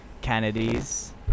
Kennedys